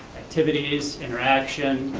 activities, interaction,